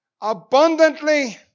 Abundantly